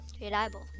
reliable